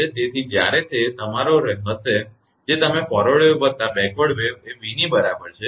તેથી જ્યારે તે તમારો હશે જે તમે ફોરવર્ડ વેવ વત્તા બેકવર્ડ વેવ એ v ની બરાબર છે